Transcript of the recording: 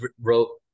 wrote